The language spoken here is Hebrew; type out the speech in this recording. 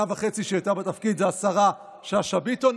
וחצי שהיא הייתה בתפקיד זו השרה שאשא ביטון.